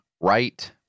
right